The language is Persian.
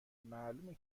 معلومه